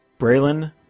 Braylon